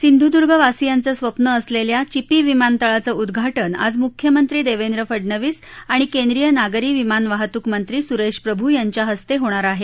सिंधूदुर्गवासियांचं स्वप्न असलेल्या चिपी विमानतळाच उद्घाटन आज मुख्यमंत्री देवेंद्र फडनवीस आणि केंद्रीय नागरी विमान वाहतूक मंत्री सुरेश प्रभू यांच्या हस्ते होणार आहे